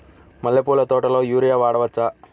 మల్లె పూల తోటలో యూరియా వాడవచ్చా?